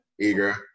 Eager